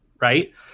right